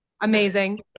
Amazing